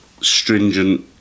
stringent